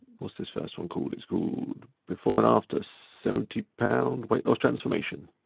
what's this first one called? it's called before and after seventy pound weight loss transformation.